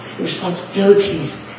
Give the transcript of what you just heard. responsibilities